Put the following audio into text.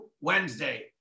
Wednesday